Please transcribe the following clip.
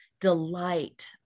delight